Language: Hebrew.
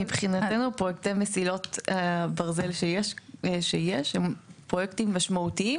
מבחינתנו פרויקטי מסילות הברזל שיש הם פרויקטים משמעותיים,